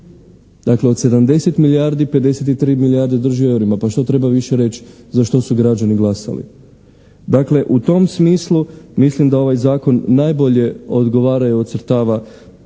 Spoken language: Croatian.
Dakle, od 70 milijardi 53 milijarde drži u eurima. Pa što treba više reći za što su građani glasali? Dakle, u tom smislu mislim da ovaj Zakon najbolje odgovara i ocrtava i